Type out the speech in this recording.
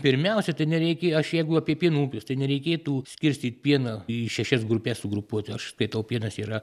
pirmiausia tai nereikė aš jeigu apie pieno ūkius tai nereikėtų skirstyt pieno į šešias grupes sugrupuoti aš skaitau pienas yra